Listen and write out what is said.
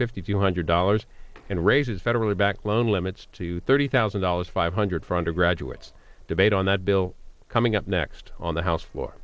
fifty two hundred dollars and raises federally backed loan limits to thirty thousand dollars five hundred for undergraduates debate on that bill coming up next on the house f